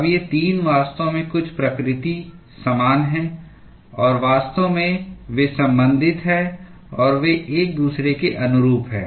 अब ये 3 वास्तव में कुछ प्रकृति समान हैं और वास्तव में वे संबंधित हैं और वे एक दूसरे के अनुरूप हैं